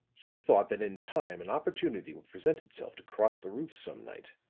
he thought that in time an opportunity would present itself to cross the roofs some night,